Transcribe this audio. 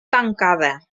tancada